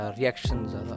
reactions